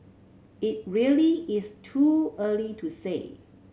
it really is too early to say